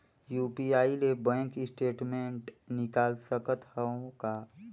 UPI ले bank statement निकाल सकत हवं का?